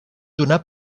donar